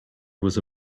was